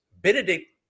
Benedict